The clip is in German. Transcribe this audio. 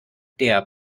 der